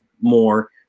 more